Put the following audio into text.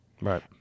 Right